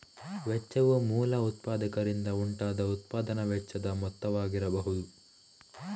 ವೆಚ್ಚವು ಮೂಲ ಉತ್ಪಾದಕರಿಂದ ಉಂಟಾದ ಉತ್ಪಾದನಾ ವೆಚ್ಚದ ಮೊತ್ತವಾಗಿರಬಹುದು